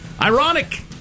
Ironic